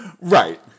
Right